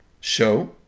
show